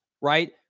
Right